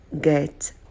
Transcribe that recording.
get